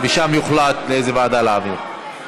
ושם יוחלט לאיזו ועדה להעביר.